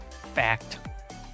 fact